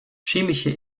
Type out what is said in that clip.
chemische